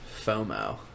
FOMO